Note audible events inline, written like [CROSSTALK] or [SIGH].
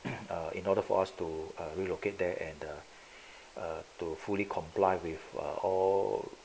[COUGHS] in order for us to relocate there and the to fully comply with err or